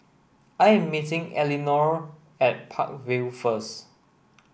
I am meeting Elinore at Park Vale first